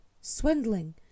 swindling